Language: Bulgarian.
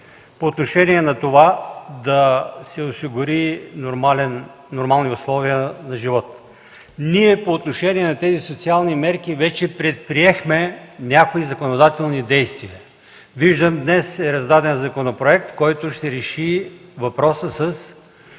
по отношение на това да се осигурят нормални условия на живот. Ние по отношение на тези социални мерки вече предприехме някои законодателни действия. Виждам – днес е раздаден законопроект, който ще реши до